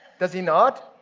does he not?